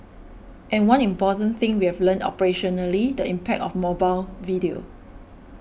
and one important thing we have learnt operationally the impact of mobile video